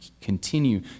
continue